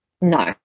No